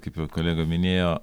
kaip jau kolega minėjo